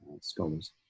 scholars